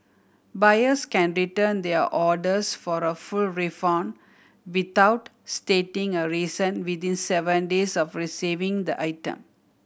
buyers can return their orders for a full refund without stating a reason within seven days of receiving the item